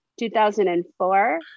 2004